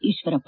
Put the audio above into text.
Eshwarappa